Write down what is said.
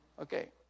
Okay